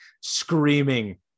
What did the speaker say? screaming